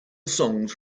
songs